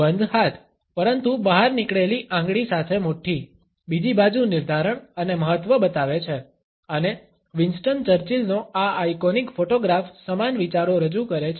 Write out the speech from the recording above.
બંધ હાથ પરંતુ બહાર નીકળેલી આંગળી સાથે મુઠ્ઠી બીજી બાજુ નિર્ધારણ અને મહત્ત્વ બતાવે છે અને વિન્સ્ટન ચર્ચિલનો આ આઇકોનિક ફોટોગ્રાફ સમાન વિચારો રજૂ કરે છે